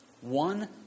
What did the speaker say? One